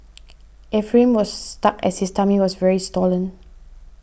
Ephraim was stuck as his tummy was very swollen